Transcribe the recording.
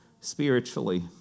spiritually